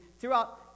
throughout